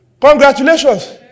congratulations